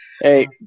Hey